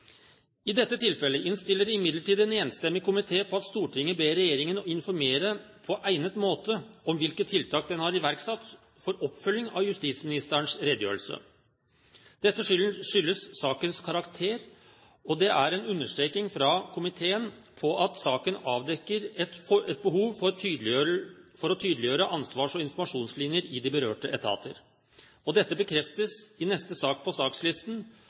I dette tilfellet innstiller imidlertid en enstemmig komité på at Stortinget ber regjeringen informere på egnet måte om hvilke tiltak den har iverksatt for oppfølging av justisministerens redegjørelse. Dette skyldes sakens karakter, og det er en understreking fra komiteen om at saken avdekker et behov for å tydeliggjøre ansvars- og informasjonslinjer i de berørte etater. Dette bekreftes i neste sak på sakslisten,